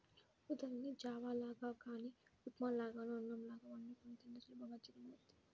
ఊదల్ని జావ లాగా గానీ ఉప్మా లాగానో అన్నంలాగో వండుకొని తింటే సులభంగా జీర్ణమవ్వుద్ది